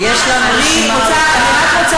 יש לנו רשימה ארוכה.